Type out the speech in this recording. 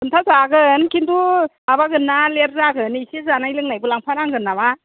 खिन्था जागोन खिन्थु माबागोनना लेत जागोन एसे जानाय लोंनायबो लांफानांगोन नामा